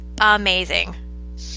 amazing